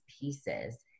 pieces